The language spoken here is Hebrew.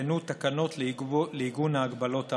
הותקנו תקנות לעיגון ההגבלות האמורות.